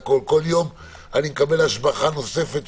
כל יום אני מקבל השבחה נוספת,